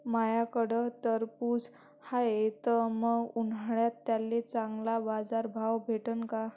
माह्याकडं टरबूज हाये त मंग उन्हाळ्यात त्याले चांगला बाजार भाव भेटन का?